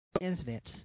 incidents